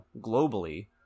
globally